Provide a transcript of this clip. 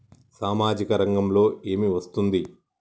సామాజిక రంగంలో ఏమి వస్తుంది?